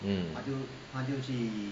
mm